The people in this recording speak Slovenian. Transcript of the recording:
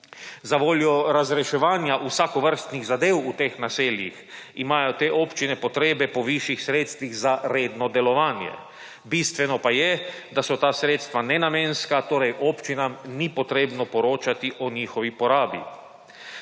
Za voljo razreševanja vsakovrstnih zadev v teh naseljih imajo te občine potrebe po višjih sredstvih za redno delovanje. Bistveno pa je, da so ta sredstva nenamenska torej občinam ni potrebno poročati o njihovi porabi.